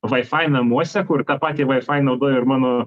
vaifai namuose kur tą patį vaifai naudoja ir mano